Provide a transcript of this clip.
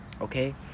okay